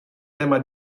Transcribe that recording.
tema